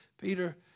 Peter